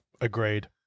agreed